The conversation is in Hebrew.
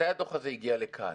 מתי הדוח הזה הגיע לכאן?